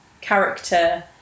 character